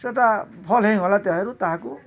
ସେଇଟା ଭଲ୍ ହେଇଗଲା ତେହାରୁ ତାହାକୁ